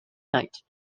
night